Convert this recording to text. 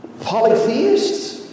polytheists